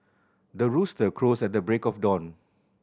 the rooster crows at the break of dawn